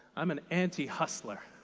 i'm an anti-hustler.